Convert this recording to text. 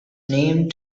named